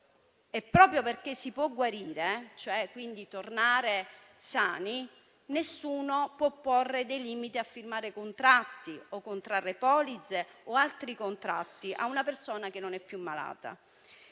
E proprio perché si può guarire, cioè quindi tornare sani, nessuno può porre dei limiti a firmare contratti o contrarre polizze a una persona che non è più malata.